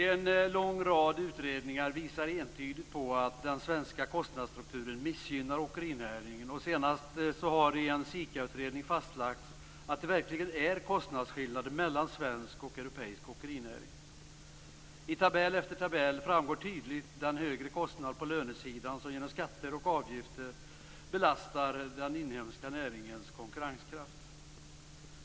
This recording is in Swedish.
En lång rad utredningar visar entydigt på att den svenska kostnadsstrukturen missgynnar åkerinäringen. Senast har det i en SIKA-utredning fastlagts att det verkligen är kostnadsskillnader mellan svensk och europeisk åkerinäring. I tabell efter tabell framgår tydligt den högre kostnad på lönesidan som genom skatter och avgifter belastar den inhemska näringens konkurrenskraft.